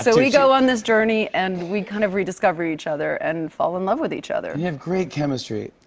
so we go on this journey and we kind of rediscover each other and fall in love with each other. you have great chemistry.